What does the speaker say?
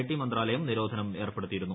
T മന്ത്രാലയം നിരോധനം ഏർപ്പെടുത്തിയിരുന്നു